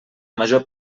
major